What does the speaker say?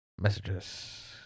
Messages